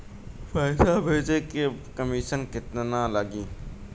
पैसा भेजे में कमिशन केतना लागि?